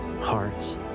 hearts